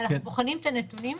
אנחנו בוחנים את הנתונים.